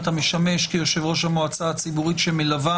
אתה משמש כיושב-ראש המועצה הציבורית שמלווה